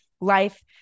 life